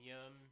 Yum